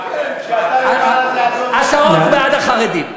כשאתה לבד אתה יכול, השעון בעד החרדים.